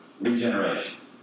regeneration